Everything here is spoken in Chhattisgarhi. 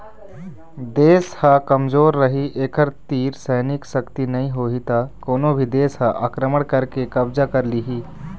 देश ह कमजोर रहि एखर तीर सैनिक सक्ति नइ होही त कोनो भी देस ह आक्रमण करके कब्जा कर लिहि